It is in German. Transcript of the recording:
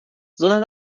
sondern